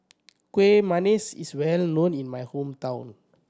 Kuih Manggis is well known in my hometown